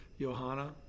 Johanna